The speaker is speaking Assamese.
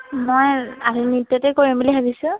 মই আধুনিক নৃত্যতেই কৰিম বুলি ভাবিছোঁ